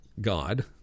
God